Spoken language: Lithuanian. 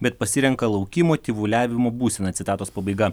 bet pasirenka laukimo tyvuliavimo būseną citatos pabaiga